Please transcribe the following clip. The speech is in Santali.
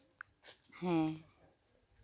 ᱦᱮᱸ